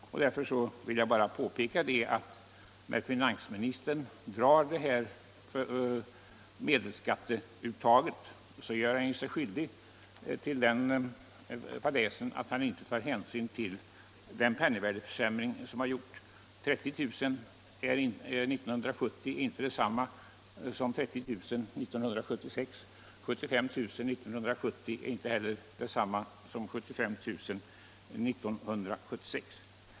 Därför vill jag bara påpeka att när finansministern talar om medelskatteuttaget, gör han sig skyldig till den fadäsen att han inte tar hänsyn till penningvärdeförsämringen. 30 000 kr. år 1970 är inte detsamma som 30 000 år 1976, och 75 000 år 1970 är inte heller detsamma som 75 000 kr. år 1976.